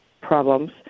problems